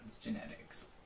genetics